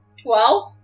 Twelve